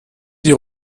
die